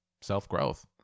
self-growth